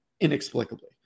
inexplicably